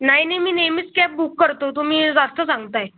नाही नाही मी नेहमीच कॅब बुक करतो तुम्ही जास्त सांगत आहे